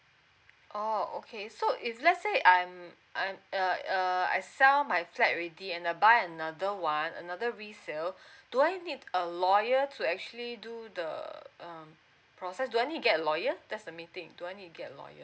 oh okay so if let's say I'm I'm err err I sell my flat already and uh buy another one another resale do I need a lawyer to actually do the err um process do I need to get a lawyer there's a meeting do I need to get a lawyer